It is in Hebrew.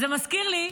זה מזכיר לי,